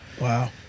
Wow